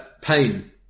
Pain